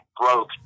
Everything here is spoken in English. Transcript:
broke